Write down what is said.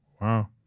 Wow